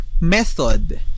method